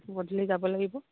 গধূলি যাব লাগিব